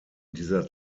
dieser